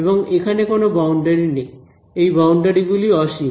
এবং এখানে কোন বাউন্ডারি নেই এই বাউন্ডারি গুলি অসীম